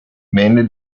mainly